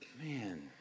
Man